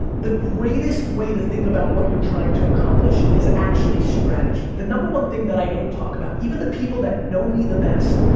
the greatest way to think about what you're trying to accomplish is actually strategy. the number one thing that i don't talk about, even the people that know me the best,